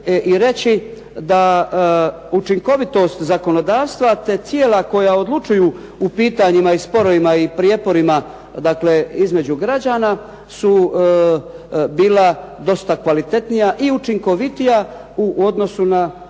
i reći da učinkovitost zakonodavstva te tijela koja odlučuju u pitanjima i sporovima i prijeporima, dakle između građana su bila dosta kvalitetnija i učinkovitija u odnosu na